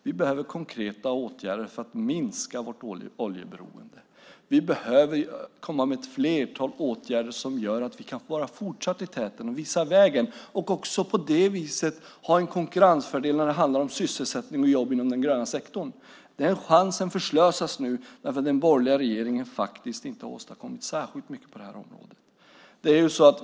Vi behöver konkreta åtgärder för att minska vårt oljeberoende. Vi behöver komma med ett flertal åtgärder som gör att vi fortsatt kan vara i täten och visa vägen och på det viset också ha en konkurrensfördel när det handlar om sysselsättning och jobb inom den gröna sektorn. Den chansen förslösas nu därför att den borgerliga regeringen faktiskt inte har åstadkommit särskilt mycket på det här området.